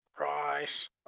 Right